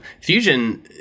Fusion